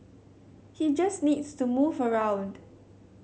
he just needs to move around